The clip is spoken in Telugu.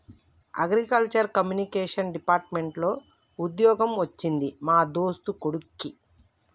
అగ్రికల్చర్ కమ్యూనికేషన్ డిపార్ట్మెంట్ లో వుద్యోగం వచ్చింది మా దోస్తు కొడిక్కి